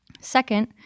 Second